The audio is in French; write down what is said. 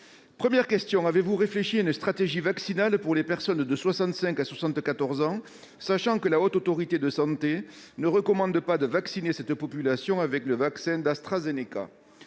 Premièrement, avez-vous réfléchi à une stratégie vaccinale pour les personnes âgées de 65 à 74 ans, sachant que la Haute Autorité de santé ne recommande pas de vacciner cette population avec le vaccin d'AstraZeneca ?